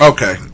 Okay